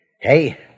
Hey